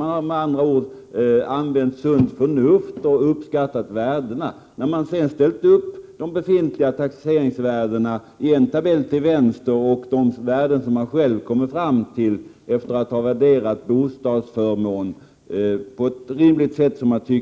Man har med andra ord använt sunt förnuft och uppskattat värdena. När man sedan har ställt upp de befintliga taxeringsvärdena i en tabell och de värden som man själv kommit fram till i en annan, efter att ha värderat bostadsförmånen på ett rimligt sätt, har det